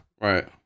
Right